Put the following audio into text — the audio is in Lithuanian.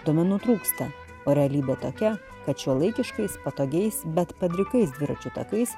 duomenų trūksta o realybė tokia kad šiuolaikiškais patogiais bet padrikais dviračių takais